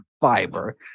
fiber